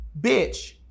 bitch